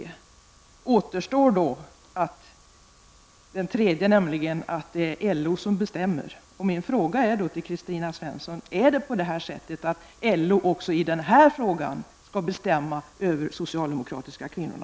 Då återstår den tredje teorin att det är LO som bestämmer och min fråga till Kristina Svensson är då: Är det på det sättet att LO också i den här frågan skall bestämma över de socialdemokratiska kvinnorna?